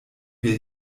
wir